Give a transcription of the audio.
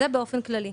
זה באופן כללי.